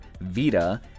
vita